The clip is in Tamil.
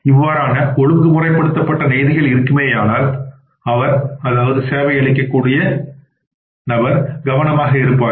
இவ்வாறான ஒழுங்கு முறைப்படுத்தப்பட்ட நியதிகள் இருக்குமேயானால்அவர் சேவை அளிக்கும் நபர் கவனமாக இருப்பார்